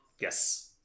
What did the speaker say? Yes